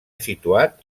situat